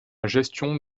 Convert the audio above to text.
gestion